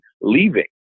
leaving